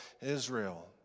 Israel